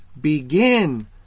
begin